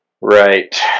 Right